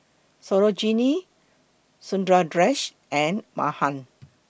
Sarojini Sundaresh and Mahan